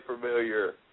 familiar